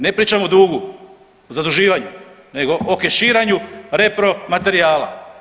Ne pričam o dugu, zaduživanju nego o keširanju repromaterijala.